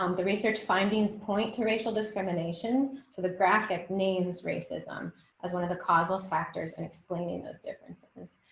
um the research findings point to racial discrimination to the graphic names racism as one of the causal factors and explaining those differences.